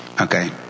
Okay